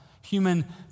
human